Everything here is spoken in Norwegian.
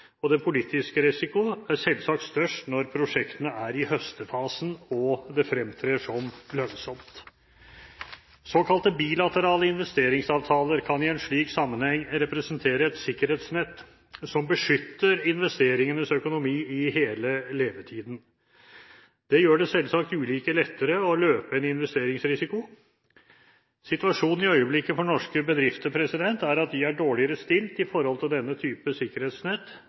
politiske risiko er selvsagt størst når prosjektene er i høstefasen, og det fremtrer som lønnsomt. Såkalte bilaterale investeringsavtaler kan i en slik sammenheng representere et sikkerhetsnett som beskytter investeringenes økonomi i hele levetiden. Det gjør det selvsagt ulike lettere å løpe en investeringsrisiko. Situasjonen for norske bedrifter i øyeblikket er at de er dårligere stilt med hensyn til denne typen sikkerhetsnett